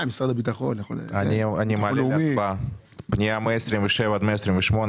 אני מעלה להצבעה את פנייה מספר 127 עד 128,